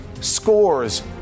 scores